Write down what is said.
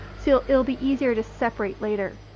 so it will be easier to separate later,